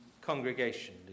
congregation